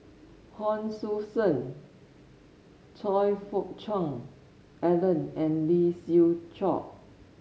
Hon Sui Sen Choe Fook Cheong Alan and Lee Siew Choh